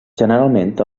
generalment